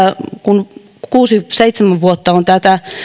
kun kuusi seitsemän vuotta on